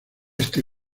este